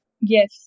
Yes